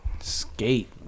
Skate